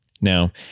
Now